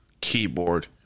keyboard